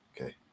Okay